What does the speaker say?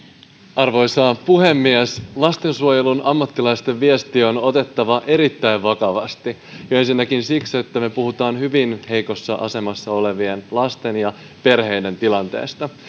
arvoisa puhemies lastensuojelun ammattilaisten viesti on otettava erittäin vakavasti jo ensinnäkin siksi että me puhumme hyvin heikossa asemassa olevien lasten ja perheiden tilanteesta